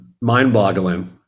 mind-boggling